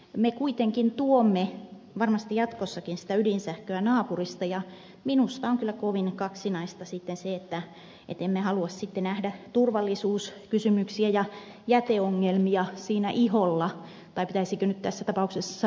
me kuitenkin tuomme varmasti jatkossakin sitä ydinsähköä naapurista ja minusta on kyllä kovin kaksinaista se että emme halua sitten nähdä turvallisuuskysymyksiä ja jäteongelmia siinä iholla tai pitäisikö nyt tässä tapauksessa sanoa rajalla